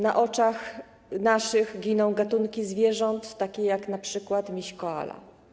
Na naszych oczach giną gatunki zwierząt, takie jak np. miś koala.